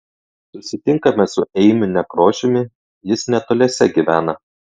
susitinkame su eimiu nekrošiumi jis netoliese gyvena